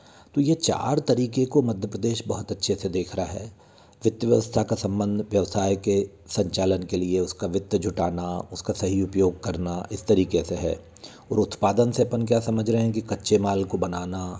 तो ये चार तरीक़े को मध्य प्रदेश बहुत अच्छे से देख रहा है वित्त व्यवस्था का संबंध व्यवसाय के संचालन के लिए उसका वित्त जुटाना उसका सही उपयोग करना इस तरीक़े से है और उत्पादन से अपन क्या समझ रहे हैं कि कच्चे माल को बनाना